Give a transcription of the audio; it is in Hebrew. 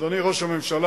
אדוני ראש הממשלה,